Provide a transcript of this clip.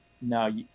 no